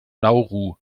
nauru